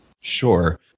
Sure